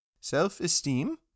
Self-esteem